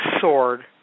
sword